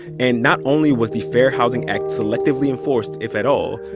and not only was the fair housing act selectively enforced, if at all,